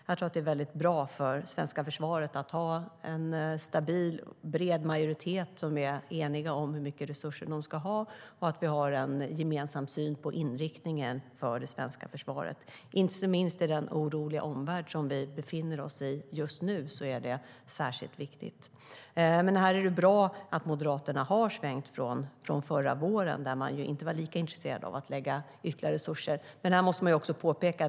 Jag tror att det är bra för det svenska försvaret att ha en stabil och bred majoritet som är enig om hur mycket resurser de ska ha samt att vi har en gemensam syn på inriktningen av det svenska försvaret. Särskilt viktigt är det med tanke på den oroliga omvärld som vi just nu ser. Det är bra att Moderaterna har svängt från förra våren då de inte var lika intresserade av att lägga ytterligare resurser på försvaret.